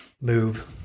move